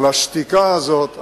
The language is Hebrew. השתיקה הזאת,